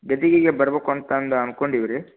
ಗದಿಗಿಗೆ ಬರ್ಬೇಕು ಅಂತಂದು ಅನ್ಕೊಂಡೀವಿ ರೀ